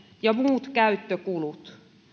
ja muut käyttökulut